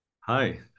Hi